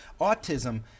autism